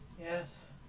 Yes